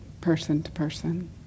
person-to-person